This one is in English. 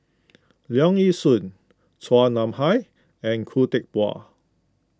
Leong Yee Soo Chua Nam Hai and Khoo Teck Puat